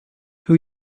who